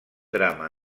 drama